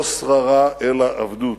לא שררה אלא עבדות.